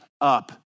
up